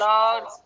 Lord